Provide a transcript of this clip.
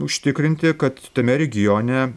užtikrinti kad tame regione